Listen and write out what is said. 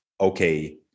okay